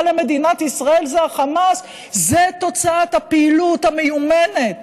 למדינת ישראל זה החמאס הוא תוצאת הפעילות המיומנת